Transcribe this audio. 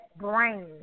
brain